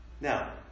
Now